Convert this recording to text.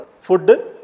Food